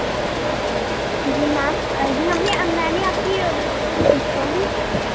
जी ma'am ji हमने मैनें आपकी सॉरी